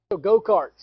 go-karts